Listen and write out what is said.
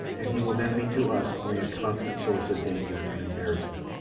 and he will then be to us only a constant source of danger and embarrassment.